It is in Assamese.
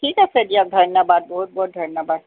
ঠিক আছে দিয়ক ধন্যবাদ বহুত বহুত ধন্যবাদ